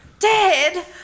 Dead